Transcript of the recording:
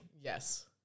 Yes